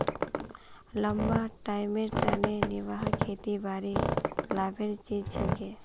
लंबा टाइमेर तने निर्वाह खेतीबाड़ी लाभेर चीज छिके